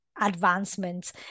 advancements